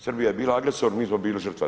Srbija je bila agresor, a mi smo bili žrtva.